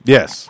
Yes